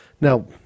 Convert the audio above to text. Now